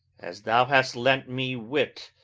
as thou hast lent me wit